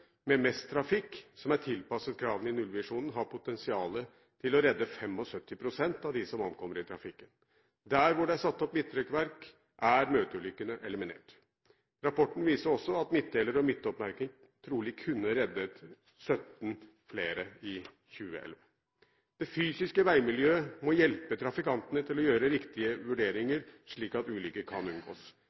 med mest trafikk, som er tilpasset kravene i nullvisjonen, har potensial til å redde 75 pst. av dem som omkommer i trafikken. Der hvor det er satt opp midtrekkverk, er møteulykkene eliminert. Rapporten viser også at midtdelere og midtoppmerking trolig kunne reddet 17 flere liv i 2011. Det fysiske veimiljøet må hjelpe trafikantene til å gjøre riktige vurderinger, slik at ulykker kan unngås.